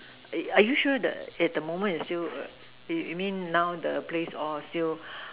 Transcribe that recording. are are you sure the at the moment is still you you mean now the place all still